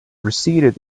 receded